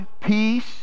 peace